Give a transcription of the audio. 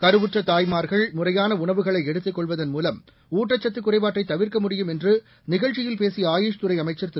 கருவுற்ற தாய்மார்கள் முறையான உணவுகளை எடுத்துக் கொள்வதன் மூலம் ஊட்டக்கத்து குறைபாட்டை தவிர்க்க முடியும் என்று நிகழ்ச்சியில் பேசிய ஆயுஷ்துறை அமைச்சர் திரு